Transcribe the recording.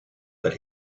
but